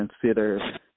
consider